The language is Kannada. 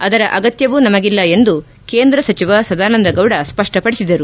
ಅದರ ಅಗತ್ಯವೂ ನಮಗಿಲ್ಲ ಎಂದು ಕೇಂದ್ರ ಸಚಿವ ಸದಾನಂದಗೌಡ ಸ್ವಷ್ಟಪದಿಸಿದರು